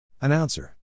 Announcer